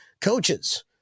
coaches